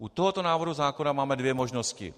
U tohoto návrhu zákona máme dvě možnosti.